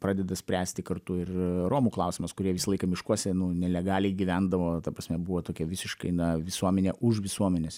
paradeda spręsti kartu ir romų klausimas kurie visą laiką miškuose nu nelegaliai gyvendavo ta prasme buvo tokia visiškai na visuomenė už visuomenės